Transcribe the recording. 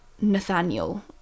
Nathaniel